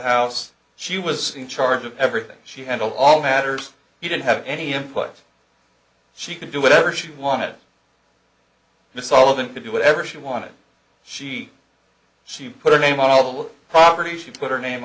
house she was in charge of everything she handled all matters you didn't have any input she could do whatever she wanted this all of them to do whatever she wanted she she put her name on all the property she put her name